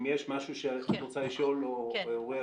האם יש משהו שאת רוצה לשאול או אוריאל,